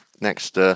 next